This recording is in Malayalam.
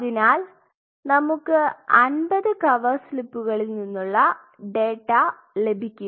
അതിനാൽ നമുക്ക് 50 കവർ സ്ലിപ്പുകളിൽ നിന്നുള്ള ഡാറ്റ ലഭിക്കും